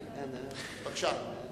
בבקשה.